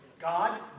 God